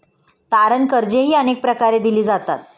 तारण कर्जेही अनेक प्रकारे दिली जातात